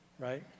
right